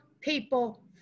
people